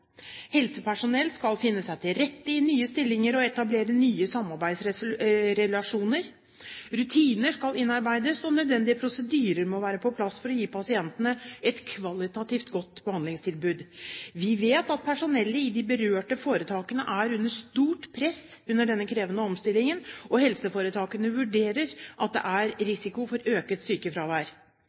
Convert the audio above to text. Helsepersonell skal finne seg til rette i nye stillinger og etablere nye samarbeidsrelasjoner, rutiner skal innarbeides, og nødvendige prosedyrer må være på plass for å gi pasientene et kvalitativt godt behandlingstilbud. Vi vet at personellet i de berørte foretakene er under stort press i denne krevende omstillingen, og helseforetakene vurderer det slik at det er risiko for økt sykefravær.